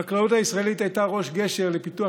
החקלאות הישראלית הייתה ראש גשר לפיתוח